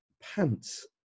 pants